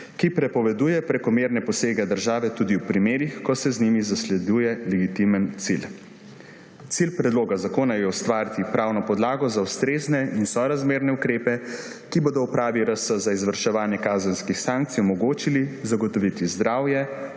ki prepoveduje prekomerne posege države tudi v primerih, ko se z njimi zasleduje legitimen cilj. Cilj predloga zakona je ustvariti pravno podlago za ustrezne in sorazmerne ukrepe, ki bodo Upravi RS za izvrševanje kazenskih sankcij omogočili zagotoviti zdravje,